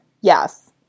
yes